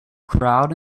crowd